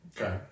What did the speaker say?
Okay